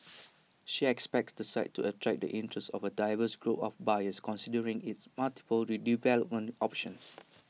she expects the site to attract the interest of A diverse group of buyers considering its multiple redevelopment options